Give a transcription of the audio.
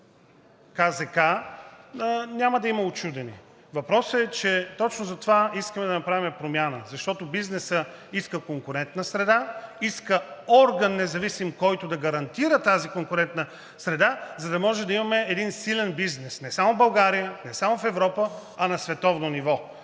КЗК, няма да има учудени. Въпросът е, че точно затова искаме да направим промяна, защото бизнесът иска конкурентна среда, иска независим орган, който да гарантира тази конкурентна среда, за да може да имаме един силен бизнес – не само в България, не само в Европа, а на световно ниво.